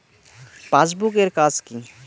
Passbook এর কাজ কি?